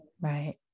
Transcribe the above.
right